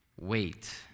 wait